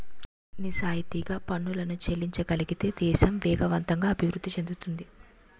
నిజాయితీగా పనులను చెల్లించగలిగితే దేశం వేగవంతంగా అభివృద్ధి చెందుతుంది